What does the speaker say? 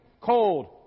cold